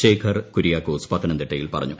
ശേഖർ കുര്യാക്കോസ് പത്തനംതിട്ടയിൽ പറഞ്ഞു